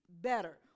better